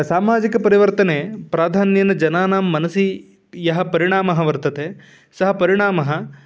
सामाजिकपरिवर्तने प्राधान्येन जनानां मनसि यः परिणामः वर्तते सः परिणामः